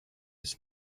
his